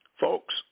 folks